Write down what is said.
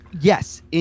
Yes